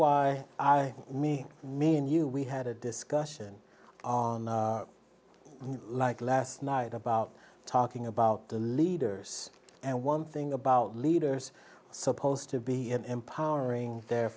why i me me and you we had a discussion like last night about talking about the leaders and one thing about leaders supposed to be in empowering their